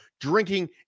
drinking